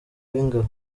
w’ingabo